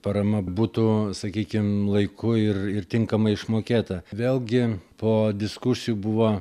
parama būtų sakykim laiku ir ir tinkamai išmokėta vėlgi po diskusijų buvo